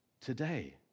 Today